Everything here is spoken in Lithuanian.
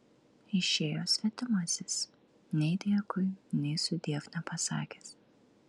išėjo svetimasis nei dėkui nei sudiev nepasakęs